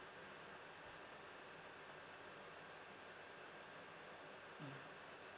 mm